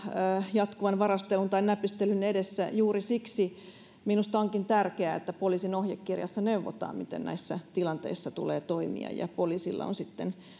jatkuvan varastelun tai näpistelyn edessä juuri siksi minusta onkin tärkeää että poliisin ohjekirjassa neuvotaan miten näissä tilanteissa tulee toimia ja poliisilla on sitten